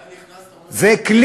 אני רק נכנס, אתה אומר, זה כלי.